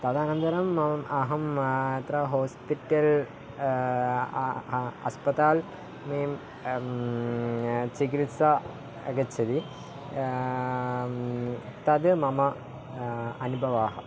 तदनन्तरं मम अहं अत्र होस्पिटल् अस्पताल् मे चिकित्सा आगच्छति तद् मम अनुभवः